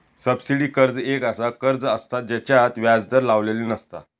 subsidy कर्ज एक असा कर्ज असता जेच्यात व्याज दर लावलेली नसता